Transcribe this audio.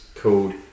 called